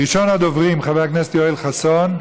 ראשון הדוברים, חבר הכנסת יואל חסון.